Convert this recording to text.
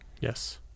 yes